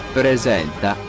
presenta